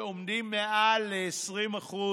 על שעומדים מעל ל-20%,